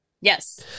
Yes